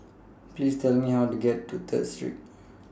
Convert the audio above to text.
Please Tell Me How to get to Third Street